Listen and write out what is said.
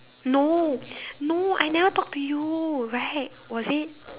no no I never talk to you right was it